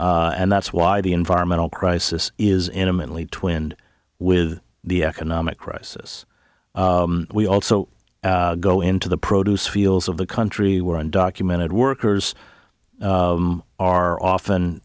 and that's why the environmental crisis is intimately twinned with the economic crisis we also go into the produce fields of the country where undocumented workers are often